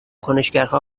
کنشگرها